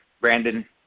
Brandon